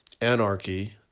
Anarchy